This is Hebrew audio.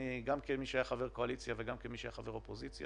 גם כמי שהיה חבר קואליציה וגם כמי שהיה חבר אופוזיציה